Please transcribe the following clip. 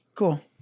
Cool